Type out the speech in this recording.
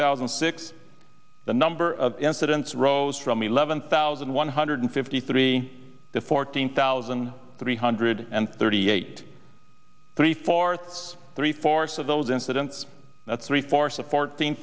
thousand and six the number of incidents rose from eleven thousand one hundred fifty three to fourteen thousand three hundred and thirty eight three fourths three fourths of those incidents that's three fourths of fourteen